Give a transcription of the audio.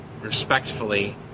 respectfully